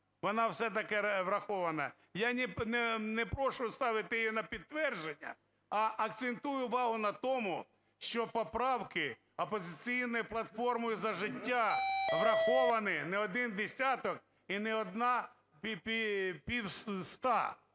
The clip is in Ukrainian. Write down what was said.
вона все-таки врахована, я не прошу ставити її на підтвердження, а акцентую увагу на тому, що поправки "Опозиційної платформи – За життя" враховані не один десяток і не одна півста.